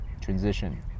transition